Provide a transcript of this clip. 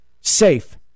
safe